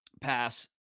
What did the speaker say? pass